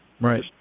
right